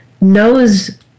knows